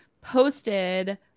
posted